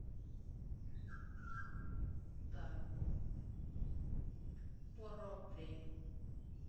ᱛᱟᱨᱯᱚᱨ ᱯᱚᱨᱚᱵ ᱨᱮ